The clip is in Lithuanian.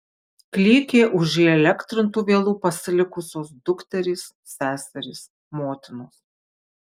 klykė už įelektrintų vielų pasilikusios dukterys seserys motinos